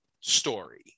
story